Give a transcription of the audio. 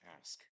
ask